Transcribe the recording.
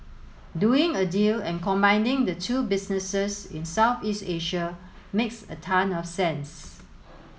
doing a deal and combining the two businesses in Southeast Asia makes a ton of sense